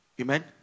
Amen